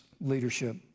leadership